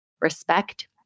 respect